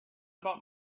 about